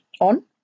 on